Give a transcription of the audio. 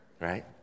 right